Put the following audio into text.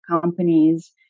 companies